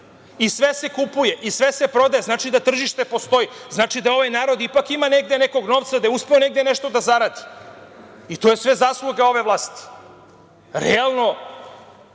i sve se kupuje i sve se prodaje. Znači da tržište postoji, znači da ovaj narod ipak ima negde nekog novca, da je uspeo negde nešto da zaradi i to je sve zasluga ove vlasti. Realno,